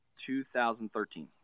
2013